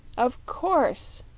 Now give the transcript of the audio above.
of course,